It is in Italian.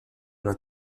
una